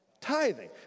Tithing